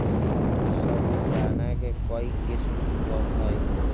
साबूदाना के कई किस्म उपलब्ध हई